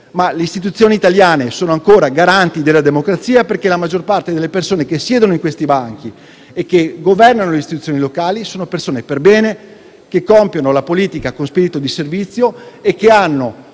ma le istituzioni italiane sono ancora garanti della democrazia, perché la maggior parte di coloro che siedono in questi banchi e che governano le istituzioni locali sono persone perbene che fanno politica con spirito di servizio e fanno